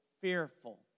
fearful